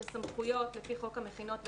את הסמכויות לפי חוק המכינות ---.